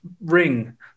ring